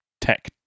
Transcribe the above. tech